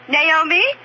Naomi